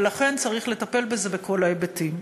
ולכן צריך לטפל בזה בכל ההיבטים.